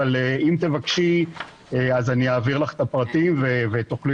אבל אם תבקשי אז אני אעביר לך את הפרטים ותוכלי